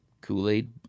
Kool-Aid